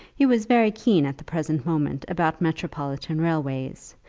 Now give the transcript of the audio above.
he was very keen at the present moment about metropolitan railways,